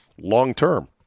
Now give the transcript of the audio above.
Long-term